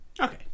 Okay